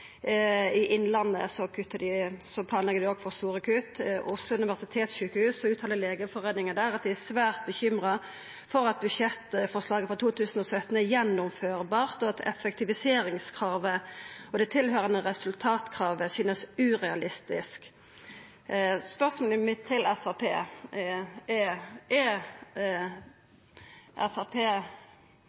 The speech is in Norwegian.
Sjukehuset Innlandet planlegg dei òg for store kutt, og Legeforeninga på Oslo universitetssjukehus uttaler at dei er svært bekymra for om budsjettforslaget for 2017 er gjennomførleg, og dei meiner at effektiviseringskravet og dei tilhøyrande resultatkrava synest urealistiske. Spørsmålet mitt til Framstegspartiet er: Er